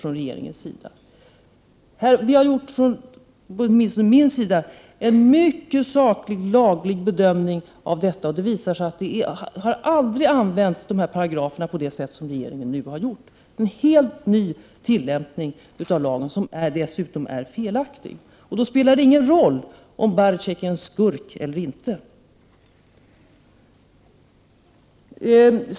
Åtminstone från min sida har det i det fallet gjorts en mycket saklig bedömning av lagligheten, och det har visat sig att de åberopade paragraferna aldrig tidigare använts på det sätt som regeringen nu har gjort. Det är en helt ny lagtillämpning som dessutom är felaktig. Då spelar det ingen roll om Baresic är en skurk eller inte.